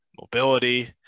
mobility